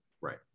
Right